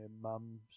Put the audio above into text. mum's